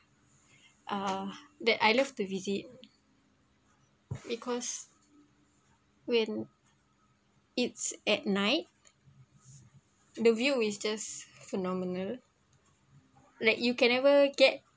ah that I love to visit because when it's at night the view is just phenomenal like you can never get